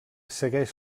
segueix